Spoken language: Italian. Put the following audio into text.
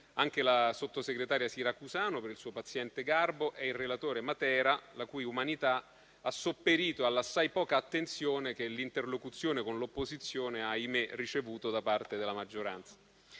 anche la sottosegretaria Siracusano per il suo paziente garbo e il relatore Matera, la cui umanità ha sopperito all'assai poca attenzione che nell'interlocuzione l'opposizione ha - ahimè - ricevuto da parte della maggioranza.